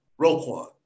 Roquan